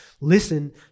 Listen